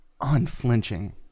unflinching